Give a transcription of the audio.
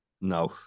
No